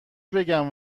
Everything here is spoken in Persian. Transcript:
بگم